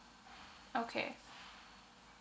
okay